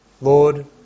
Lord